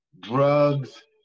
drugs